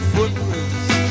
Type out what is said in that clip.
Footprints